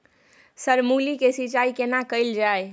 Sir मूली के सिंचाई केना कैल जाए?